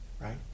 right